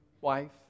wife